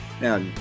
Now